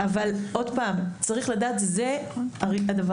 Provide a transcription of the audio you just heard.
זה הדבר